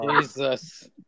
Jesus